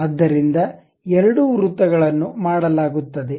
ಆದ್ದರಿಂದ ಎರಡು ವೃತ್ತಗಳನ್ನು ಮಾಡಲಾಗುತ್ತದೆ